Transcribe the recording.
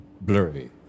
blurry